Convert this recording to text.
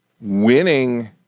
Winning